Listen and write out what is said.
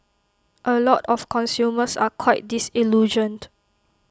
A lot of consumers are quite disillusioned